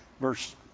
verse